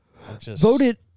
Voted